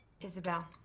Isabel